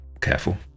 careful